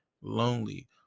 lonely